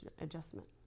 adjustment